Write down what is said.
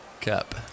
Cup